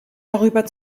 darüber